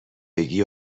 بگی